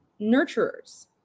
nurturers